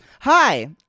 Hi